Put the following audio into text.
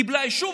קיבלה אישור,